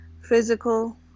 physical